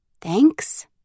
thanks